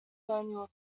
colonial